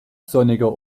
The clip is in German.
sonniger